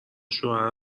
شوهر